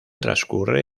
transcurre